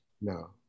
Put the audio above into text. No